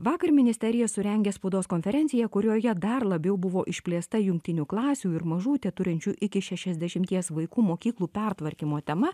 vakar ministerija surengė spaudos konferenciją kurioje dar labiau buvo išplėsta jungtinių klasių ir mažų teturinčių iki šešiasdešimties vaikų mokyklų pertvarkymo tema